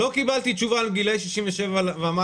לא קיבלתי תשובה על גילאי 67 ומעלה,